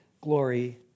glory